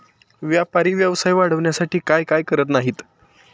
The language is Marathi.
व्यापारी व्यवसाय वाढवण्यासाठी काय काय करत नाहीत